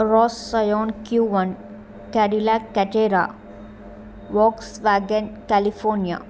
రస్సయోన్ Q one Cadillac కెటేరా Volkswagen California